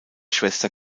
schwester